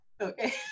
Okay